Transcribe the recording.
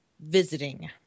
visiting